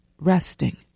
resting